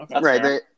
Right